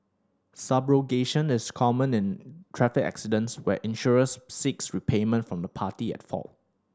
subrogation is common in traffic accidents where insurers seeks repayment from the party at fault